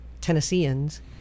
Tennesseans